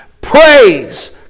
Praise